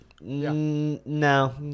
no